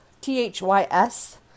T-H-Y-S